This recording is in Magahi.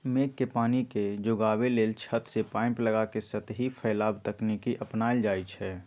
मेघ के पानी के जोगाबे लेल छत से पाइप लगा के सतही फैलाव तकनीकी अपनायल जाई छै